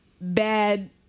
bad